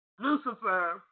Lucifer